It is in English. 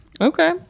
Okay